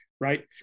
right